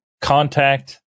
contact